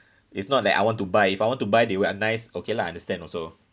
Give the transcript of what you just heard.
it's not that I want to buy if I want to buy they were are nice okay lah understand also